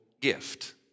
gift